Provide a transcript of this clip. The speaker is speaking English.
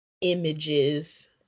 images